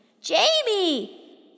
Jamie